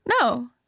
No